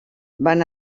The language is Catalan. van